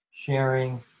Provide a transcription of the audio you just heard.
sharing